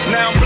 Now